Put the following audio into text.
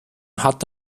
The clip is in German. hat